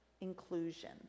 Inclusion